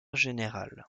générale